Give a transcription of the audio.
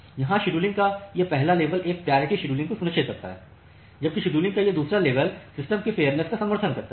यहां शेड्यूलिंग का यह पहला लेवल एक प्रायोरिटी शेड्यूलिंग को सुनिश्चित करता है जबकि शेड्यूलिंग का यह दूसरा लेवल सिस्टम में फेयरनेस का समर्थन करता है